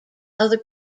other